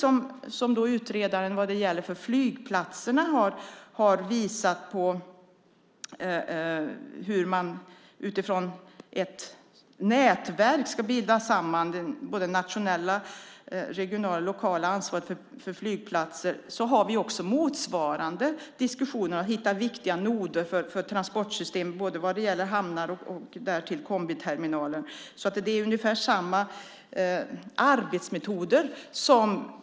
Precis som utredaren har visat vad gäller hur flygplatserna utifrån ett nätverk ska binda samman det nationella, regionala och lokala ansvaret, för vi motsvarande diskussioner om att hitta viktiga noder för transportsystem både vad gäller hamnar och kombiterminaler. Det handlar alltså om ungefär samma arbetsmetoder.